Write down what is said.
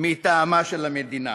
מטעמה של המדינה.